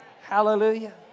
Hallelujah